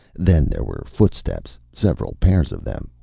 then there were footsteps, several pairs of them,